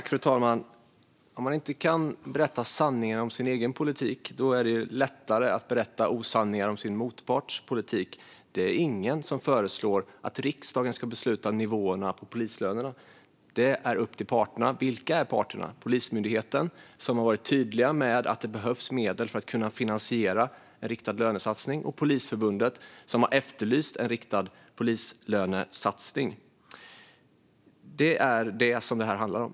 Fru talman! Om man inte kan berätta sanningen om sin egen politik är det lättare att berätta osanningar om sin motparts politik. Det är ingen som föreslår att riksdagen ska besluta om nivåerna på polislönerna. Det är upp till parterna. Vilka är parterna? Det är Polismyndigheten, som har varit tydlig med att det behövs medel för att kunna finansiera en riktad lönesatsning, och Polisförbundet, som har efterlyst en riktad polislönesatsning. Det är detta som det handlar om.